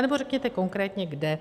Anebo řekněte konkrétně kde.